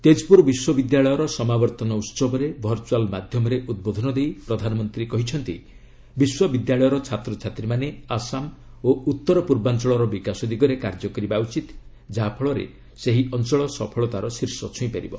ତେଜ୍ପୁର ବିଶ୍ୱବିଦ୍ୟାଳୟର ସମାବର୍ତ୍ତନ ଉତ୍ପର୍ଚୁଆଲ୍ ମାଧ୍ୟମରେ ଉଦ୍ବୋଧନ ଦେଇ ପ୍ରଧାନମନ୍ତ୍ରୀ କହିଛନ୍ତି ବିଶ୍ୱବିଦ୍ୟାଳୟର ଛାତ୍ରଛାତ୍ରୀମାନେ ଆସାମ ଓ ଉତ୍ତର ପୂର୍ବାଞ୍ଚଳର ବିକାଶ ଦିଗରେ କାର୍ଯ୍ୟ କରିବା ଉଚିତ ଯାହାଫଳରେ ସେହି ଅଞ୍ଚଳ ସଫଳତାର ଶୀର୍ଷ ଛୁଇଁପାରିବ